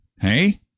Hey